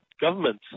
governments